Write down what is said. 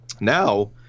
Now